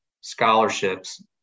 scholarships